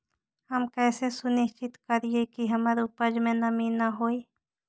हम कैसे सुनिश्चित करिअई कि हमर उपज में नमी न होय?